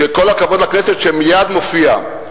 וכל הכבוד לכנסת שהוא מייד מופיע,